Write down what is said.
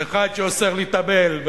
אחד שאוסר להתאבל,